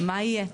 מה יהיה?